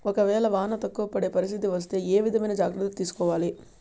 ఒక వేళ వాన తక్కువ పడే పరిస్థితి వస్తే ఏ విధమైన జాగ్రత్తలు తీసుకోవాలి?